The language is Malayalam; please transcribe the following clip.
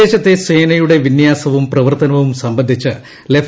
പ്രദേശത്തെ സേനയുടെ വിന്യാസവും പ്രവർത്തനവും സംബന്ധിച്ച് ലഫ്